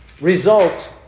result